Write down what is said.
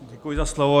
Děkuji za slovo.